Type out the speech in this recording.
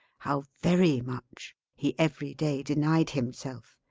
how very much, he every day denied himself,